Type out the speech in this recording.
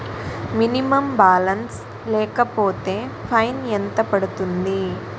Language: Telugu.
మినిమం బాలన్స్ లేకపోతే ఫైన్ ఎంత పడుతుంది?